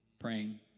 Praying